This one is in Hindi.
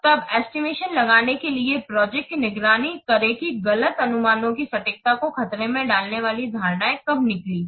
तब एस्टिमेशन लगाने के लिए प्रोजेक्ट की निगरानी करें कि गलत अनुमानों की सटीकता को खतरे में डालने वाली धारणाएं कब निकलीं